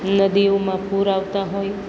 નદીઓમાં પૂર આવતા હોય